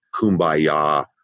kumbaya